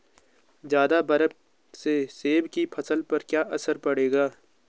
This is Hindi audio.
ज़्यादा बर्फ से सेब की फसल पर क्या असर पड़ेगा?